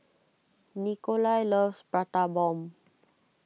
Nikolai loves Prata Bomb